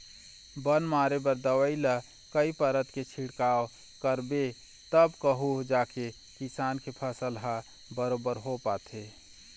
बन मारे बर दवई ल कई परत के छिड़काव करबे तब कहूँ जाके किसान के फसल ह बरोबर हो पाथे